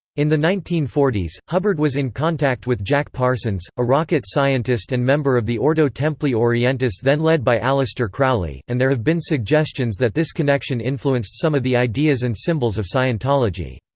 in the nineteen forty s, hubbard was in contact with jack parsons, a rocket scientist and member of the ordo templi orientis then led by aleister crowley, and there have been suggestions that this connection influenced some of the ideas and symbols of scientology.